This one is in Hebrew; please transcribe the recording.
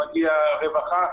שמגיע רווחה,